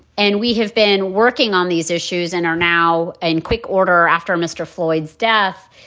and we have been working on these issues and are now in quick order. after mr. floyds death